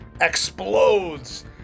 explodes